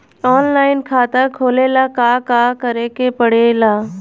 Online खाता खोले ला का का करे के पड़े ला?